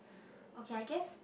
okay I guess